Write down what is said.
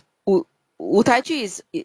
舞台剧 is it